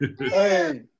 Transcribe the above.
Hey